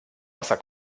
wasser